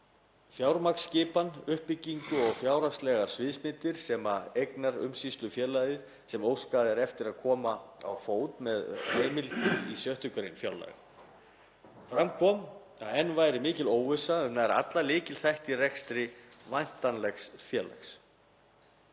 fjármagnsskipan, uppbyggingu og fjárhagslegar sviðsmyndir um eignaumsýslufélagið sem óskað er eftir að koma á fót með heimild í 6. gr. fjárlaga. Fram kom að enn væri mikil óvissa um nær alla lykilþætti í rekstri væntanlegs félags.